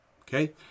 okay